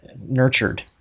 nurtured